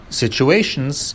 situations